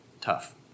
tough